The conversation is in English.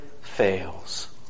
fails